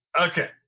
Okay